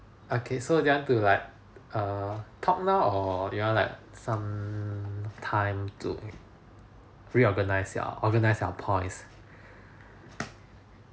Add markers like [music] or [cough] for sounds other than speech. okay so do you want to like err talk now or do you want to like some time to reorganize your organize your points [breath]